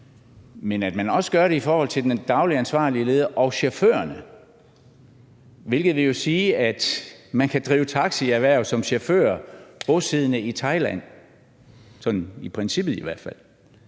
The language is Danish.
men man gør det også i forhold til den daglige ansvarlige leder og chaufførerne, hvilket jo vil sige, at man kan drive taxierhverv som chauffør bosiddende i Thailand, i hvert fald